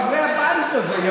חברי הבית הזה,